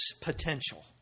potential